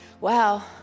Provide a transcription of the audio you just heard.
Wow